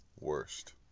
worst